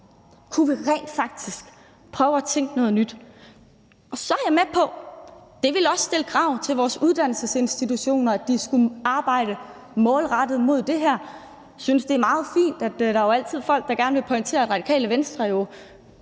Kunne vi rent faktisk prøve at tænke noget nyt? Så er jeg med på, at det også vil stille krav til vores uddannelsesinstitutioner om at skulle arbejde målrettet mod det her. Jeg synes, det er meget fint, at der jo altid er folk, der gerne vil pointere, at Radikale Venstre har stået